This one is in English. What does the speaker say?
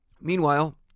Meanwhile